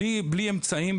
בלי אמצעים,